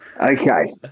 Okay